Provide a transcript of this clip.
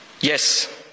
Yes